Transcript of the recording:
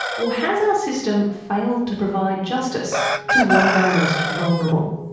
or has our system failed to provide justice to one of our most vulnerable?